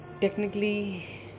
technically